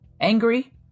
Angry